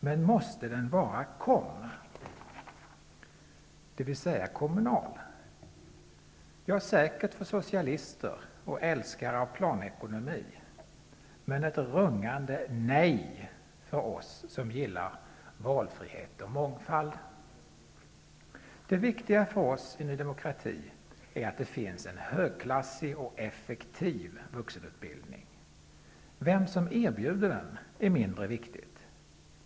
Men måste den vara ''kom'', dvs. kommunal? Ja, säkert för socialister och älskare av planekonomi, men ett rungande nej för oss som gillar valfrihet och mångfald! Det viktiga för oss i Ny demokrati är att det finns en högklassig och effektiv vuxenutbildning. Vem som erbjuder den är mindre viktigt.